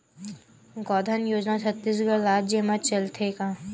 गौधन योजना छत्तीसगढ़ राज्य मा चलथे का?